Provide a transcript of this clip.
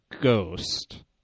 ghost